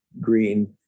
Green